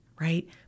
right